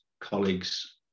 colleagues